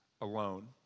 alone